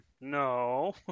No